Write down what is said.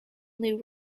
new